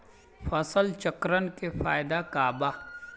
फसल चक्रण के फायदा का बा?